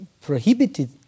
prohibited